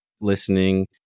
listening